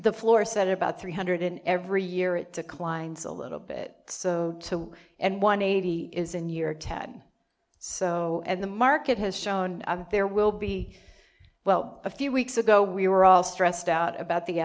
the floor said about three hundred in every year it declines a little bit so two and one eighty is in year ten so and the market has shown there will be well a few weeks ago we were all stressed out about the